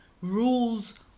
rules